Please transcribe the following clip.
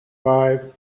five